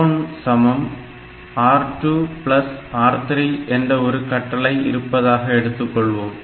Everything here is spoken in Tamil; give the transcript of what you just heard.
R1 R2R3 என்ற ஒரு கட்டளை இருப்பதாக எடுத்துக்கொள்வோம்